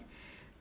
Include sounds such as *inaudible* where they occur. *breath*